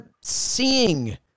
seeing